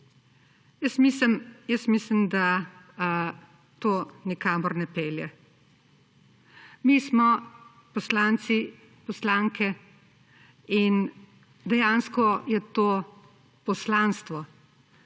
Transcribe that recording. Jaz mislim, da to nikamor ne pelje. Mi smo poslanci, poslanke in dejansko je to poslanstvo.